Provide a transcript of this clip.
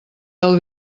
del